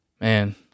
Man